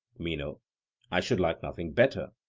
meno i should like nothing better.